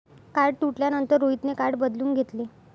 card तुटल्यानंतर रोहितने card बदलून घेतले